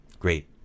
Great